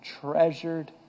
treasured